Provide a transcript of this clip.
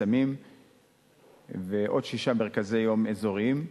סמים ועוד שישה מרכזי-יום אזוריים.